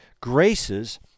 graces